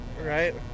Right